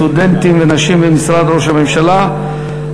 סטודנטים ונשים במשרד ראש הממשלה,